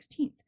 16th